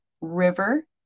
River